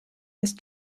ist